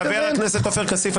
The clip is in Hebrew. חבר הכנסת עופר כסיף,